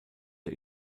der